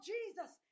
Jesus